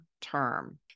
term